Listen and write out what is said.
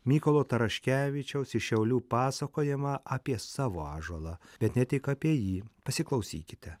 mykolo taraškevičiaus iš šiaulių pasakojimą apie savo ąžuolą bet ne tik apie jį pasiklausykite